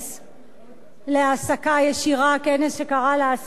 על העסקה ישירה, כנס שקרא להעסקה ישירה,